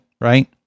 right